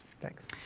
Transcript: Thanks